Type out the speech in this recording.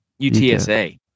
UTSA